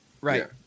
right